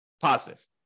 positive